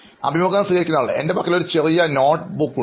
അഭിമുഖം സ്വീകരിക്കുന്നയാൾ എൻറെ പക്കൽ ഒരു ചെറിയ നോട്ട് ബുക്ക് ഉണ്ട്